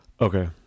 Okay